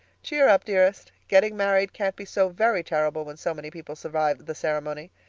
cheer up, dearest. getting married can't be so very terrible when so many people survive the ceremony.